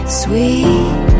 sweet